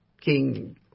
King